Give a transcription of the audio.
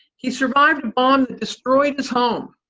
he survived a bomb that destroyed his home.